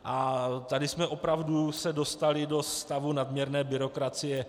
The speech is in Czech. A tady jsme se opravdu dostali do stavu nadměrné byrokracie.